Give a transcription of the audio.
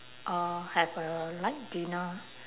uh have a light dinner